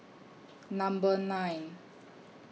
Number nine